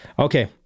Okay